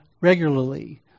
regularly